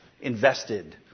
invested